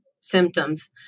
symptoms